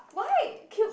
cute